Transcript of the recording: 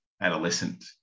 adolescent